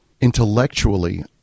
intellectually